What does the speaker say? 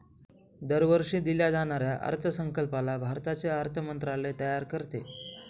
दरवर्षी दिल्या जाणाऱ्या अर्थसंकल्पाला भारताचे अर्थ मंत्रालय तयार करते